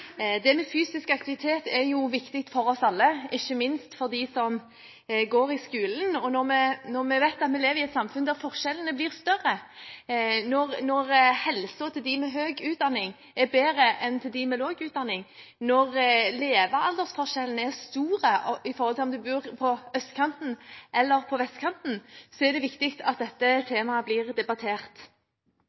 Fysisk aktivitet er jo viktig for oss alle, ikke minst for dem som går i skolen. Når vi vet at vi lever i et samfunn der forskjellene blir større, når helsen til dem med høy utdanning er bedre enn helsen til dem med lav utdanning, når levealderforskjellen er stor mellom dem som bor på østkanten, og dem som bor på vestkanten, er det viktig at dette temaet blir debattert.